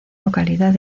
localidad